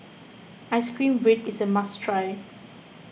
Ice Cream Bread is a must try